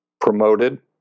promoted